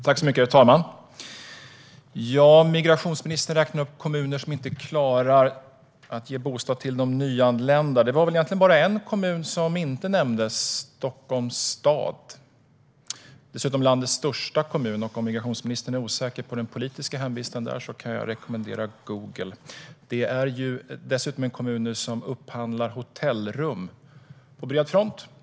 Herr talman! Migrationsministern räknar upp kommuner som inte klarar att ge bostäder till de nyanlända. Det var väl egentligen bara en kommun som inte nämndes: Stockholms stad. Det är dessutom landets största kommun. Om migrationsministern är osäker på den politiska hemvisten där kan jag rekommendera Google. Det är dessutom en kommun som upphandlar hotellrum på bred front.